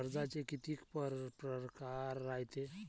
कर्जाचे कितीक परकार रायते?